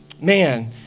Man